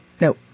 No